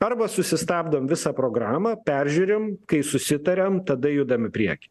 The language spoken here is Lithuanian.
arba susistabdom visą programą peržiūrim kai susitariam tada judam į priekį